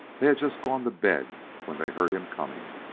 they had just gone to bed when they heard him coming.